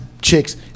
chicks